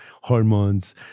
hormones